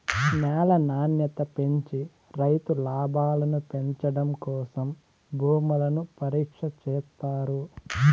న్యాల నాణ్యత పెంచి రైతు లాభాలను పెంచడం కోసం భూములను పరీక్ష చేత్తారు